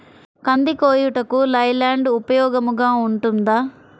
కంది కోయుటకు లై ల్యాండ్ ఉపయోగముగా ఉంటుందా?